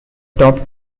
top